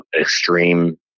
extreme